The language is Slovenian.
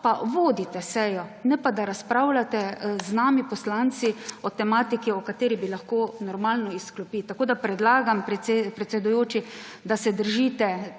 pa vodite sejo, ne pa, da razpravljate z nami poslanci o tematiki, o kateri bi lahko normalno iz klopi. Predlagam predsedujoči, da se držite